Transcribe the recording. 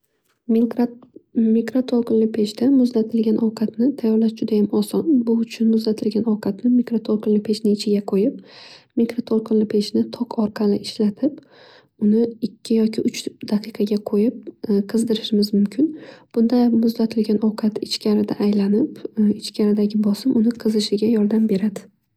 Mikro to'lqinli pechda muzlatilgan ovqatni tayorlash juda ham oson. Bu uchun muzlatilgan ovqatni mikroto'lqinli pechga qo'yib mikroto'lqinli pechni tok orqali ishlatib uni ikki yoki uch daqiqaga qo'yib qizdirishimiz mumkin. Bunda muzlatilgan ovqat ichkarida aylanib ichkaridagi bosim uni qiziqshiga yordam beradi.